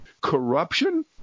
corruption